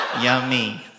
Yummy